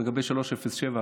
לגבי 307,